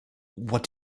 what